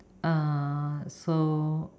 uh so